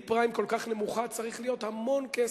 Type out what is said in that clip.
פריים כל כך נמוכה צריך להיות המון כסף.